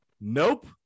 Nope